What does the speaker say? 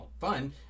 fun